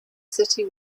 city